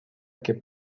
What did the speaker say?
que